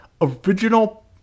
original